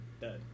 dead